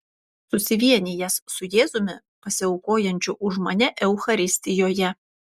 susivienijęs su jėzumi pasiaukojančiu už mane eucharistijoje